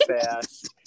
fast